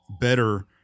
better